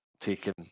taken